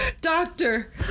doctor